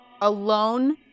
alone